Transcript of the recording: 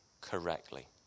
correctly